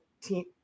team